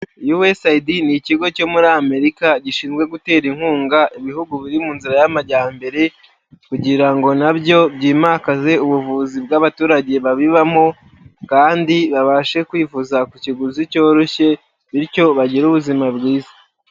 USAID ni ikigo cyo muri Amerika gishinzwe gutera inkunga ibihugu biri mu nzira y'amajyambere, kugira ngo na byo byimakaze ubuvuzi bw'abaturage babibamo kandi babashe kwifuza ku kiguzi cyoroshye bityo bagire ubuzima bwiza.